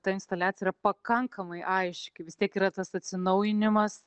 ta instaliacija yra pakankamai aiški vis tiek yra tas atsinaujinimas